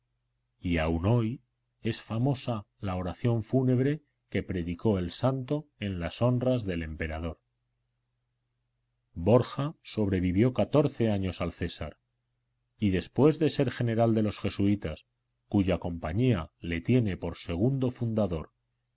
y aún hoy es famosa la oración fúnebre que predicó el santo en las honras del emperador borja sobrevivió catorce años al césar y después de ser general de los jesuitas cuya compañía le tiene por segundo fundador